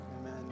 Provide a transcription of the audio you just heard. Amen